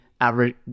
average